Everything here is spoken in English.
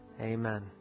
Amen